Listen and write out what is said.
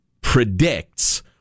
predicts